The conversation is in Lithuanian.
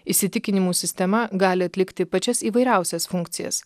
įsitikinimų sistema gali atlikti pačias įvairiausias funkcijas